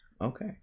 Okay